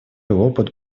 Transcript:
опыт